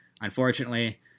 Unfortunately